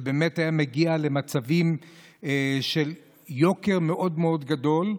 זה באמת היה מגיע למצבים של יוקר מאוד גדול,